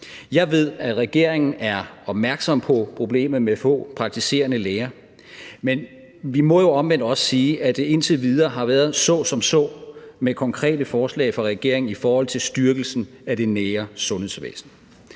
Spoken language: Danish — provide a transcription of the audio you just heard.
Jeg ved, at regeringen er opmærksom på problemet med få praktiserende læger, men vi må jo omvendt også sige, at det indtil videre har været så som så med konkrete forslag fra regeringen i forhold til styrkelsen af det nære sundhedsvæsen.